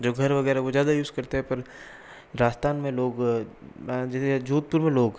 जो घर वगैरह हैं वो ज़्यादा यूज़ करते हैं पर राजस्थान में लोग में जैसे जोधपुर में लोग